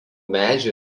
medžių